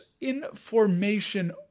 information